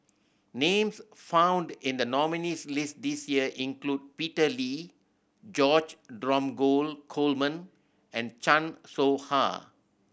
names found in the nominees' list this year include Peter Lee George Dromgold Coleman and Chan Soh Ha